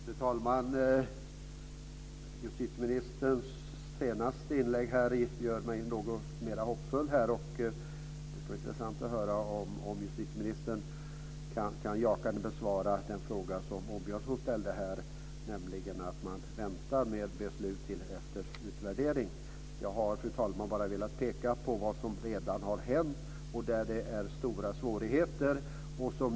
Fru talman! Justitieministerns senaste inlägg gör mig mer hoppfull. Det skulle vara intressant att höra om justitieministern jakande kan besvara den fråga som Åbjörnsson ställde, nämligen om man väntar med beslut till efter utvärderingen. Jag har, fru talman, velat peka på vad som redan har hänt och där det är stora svårigheter.